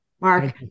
Mark